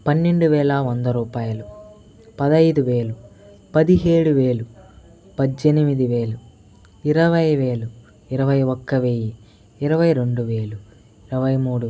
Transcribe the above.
పన్నెండు వేల వంద రూపాయలు పదైదు వేలు పదిహేడు వేలు పజ్జెనిమిది వేలు ఇరవై వేలు ఇరవై ఒక్క వెయ్యి ఇరవై రెండు వేలు ఇరవై మూడు